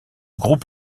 groupe